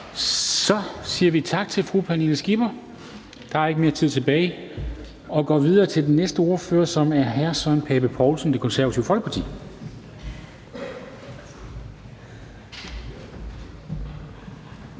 Så siger vi tak til fru Pernille Skipper – der er ikke mere tid tilbage – og går videre til den næste ordfører, som er hr. Søren Pape Poulsen, Det Konservative Folkeparti.